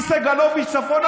מסגלוביץ' צפונה,